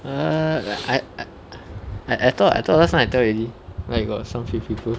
err I I I I thought I thought last time I tell you already like got some fake people